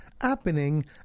happening